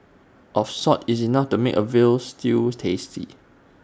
of salt is enough to make A Veal Stew tasty